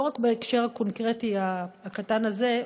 לא רק בהקשר הקונקרטי הקטן הזה,